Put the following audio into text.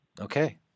Okay